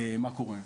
מה קורה.